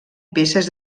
peces